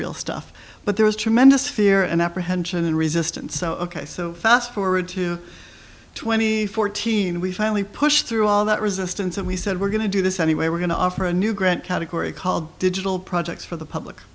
real stuff but there is tremendous fear and apprehension and resistance so ok so fast forward to twenty fourteen we finally pushed through all that resistance and we said we're going to do this anyway we're going to offer a new grant category called digital projects for the public